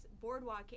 boardwalk